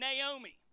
Naomi